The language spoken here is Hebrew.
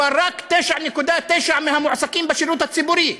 אבל רק 9.9% מהמועסקים בשירות הציבורי.